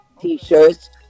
t-shirts